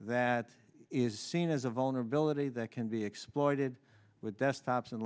that is seen as a vulnerability that can be exploited with desktops and